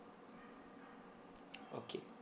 okay